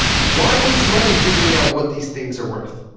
why waste money figuring out what these things are worth?